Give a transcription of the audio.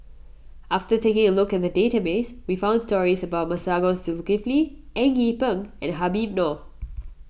after taking a look at the database we found stories about Masagos Zulkifli Eng Yee Peng and Habib Noh